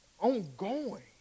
Ongoing